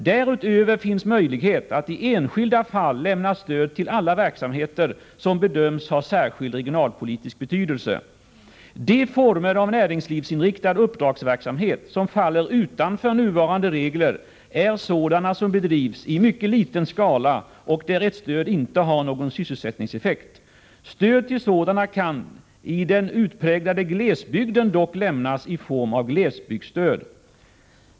Därutöver finns möjlighet att i enskilda fall lämna stöd till alla verksamheter som bedöms ha De former av näringslivsinriktad uppdragsverksamhet som faller utanför nuvarande regler är sådana som bedrivs i mycket liten skala och där ett stöd inte har någon sysselsättningseffekt. Stöd till sådana kan i den utpräglade glesbygden dock lämnas i form av glesbygdsstöd.